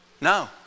No